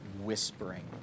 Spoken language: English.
whispering